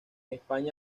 españa